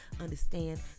understand